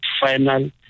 final